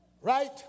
Right